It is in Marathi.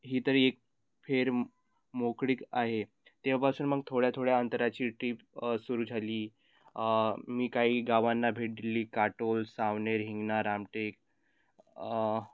ही तरी एक फेर मोकळीक आहे तेव्हापासून मग थोड्या थोड्या अंतराची ट्रीप सुरू झाली मी काही गावांना भेट दिली काटोल सावनेर हिंगना रामटेक